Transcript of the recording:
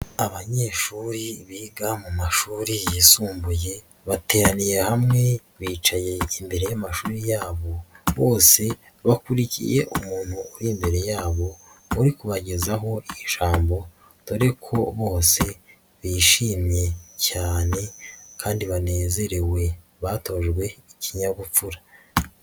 Abanyeshuri biga mu mashuri yisumbuye bateraniye hamwe bicaye imbere y'amashuri yabo bose bakurikiye umuntu uri imbere yabo uri kubagezaho ijambo dore ko bose bishimye cyane kandi banezerewe, batojwe ikinyabupfura.